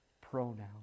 pronoun